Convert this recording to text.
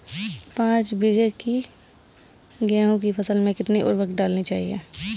पाँच बीघा की गेहूँ की फसल में कितनी उर्वरक डालनी चाहिए?